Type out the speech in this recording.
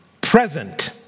present